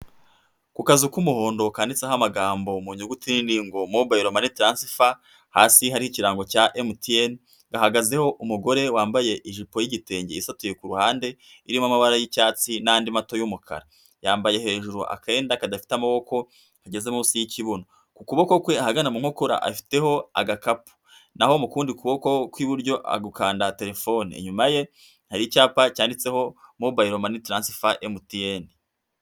Ku kazu k'umuhondo kanditseho amagambo mu nyuguti nini ngo mobayilo mani taransifa, hasi hari ikirango cya emutiyene gahagazeho umugore wambaye ijipo y'igitenge isatuye ku ruhande irimo amabara y'icyatsi n'andi mato y'umukara, yambaye hejuru akenda kadafite amaboko kageze munsi y'ikibuno, ku kuboko kwe ahagana mu nkokora afiteho agakapu n'aho mu kundi kuboko kw'iburyo ari gukanda telefone, inyuma ye hari icyapa cyanditseho mobayilo mani taransifa emutiyene.